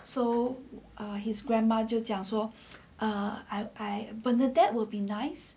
so his grandma 就讲说 err I I but that that bernadette would be nice